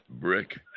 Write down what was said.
brick